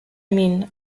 mean